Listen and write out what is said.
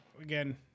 again